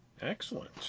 excellent